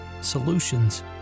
solutions